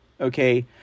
Okay